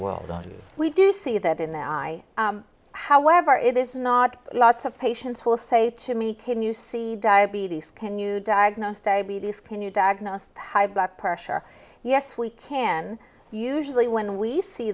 well we do see that in the eye however it is not lots of patients will say to me can you see diabetes can you diagnose diabetes can you diagnose high blood pressure yes we can usually when we see